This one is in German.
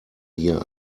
hier